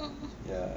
ya